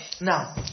now